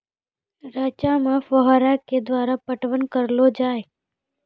रचा मे फोहारा के द्वारा पटवन करऽ लो जाय?